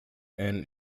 and